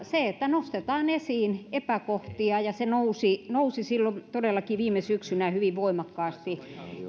se että nostetaan esiin epäkohtia se nousi todellakin silloin viime syksynä hyvin voimakkaasti